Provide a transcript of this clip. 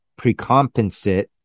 precompensate